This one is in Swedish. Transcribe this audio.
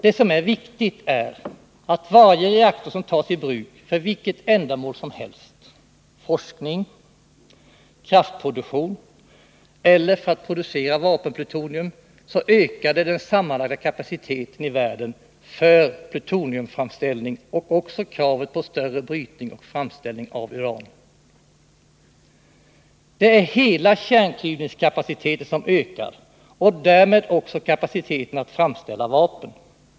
Det som är viktigt är att varje reaktor som tas i bruk för vilket ändamål som helst — forskning, kraftproduktion eller produktion av vapenplutonium — ökar den sammanlagda kapaciteten i världen för plutoniumframställning och också kravet på större brytning och framställning av uran. Hela kärnklyvningskapaciteten ökar och därmed också kapaciteten att framställa vapen.